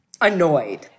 annoyed